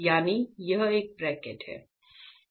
यानी यह एक ब्रैकट है